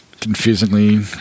confusingly